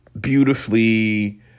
beautifully